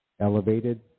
elevated